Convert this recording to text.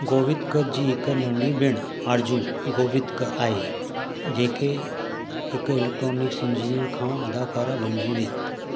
गोवित्कर जी हिकु नंढी भेण आरज़ू गोवित्कर आहे जेके हिकु इलेक्ट्रॉनिक्स इंजीनियर खां अदाकारा बणजी वेई